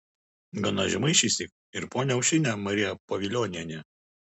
gana žemai šįsyk ir ponia aušrinė marija pavilionienė